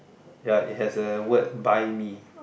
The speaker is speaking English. ya it has a word buy me